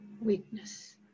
weakness